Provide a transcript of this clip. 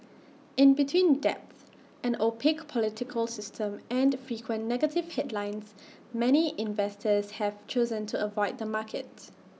in between debts an opaque political system and frequent negative headlines many investors have chosen to avoid the markets